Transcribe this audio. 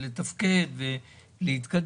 כן תוכל לתפקד ולהתקדם.